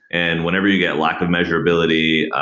and whenever you get a lack of measurability,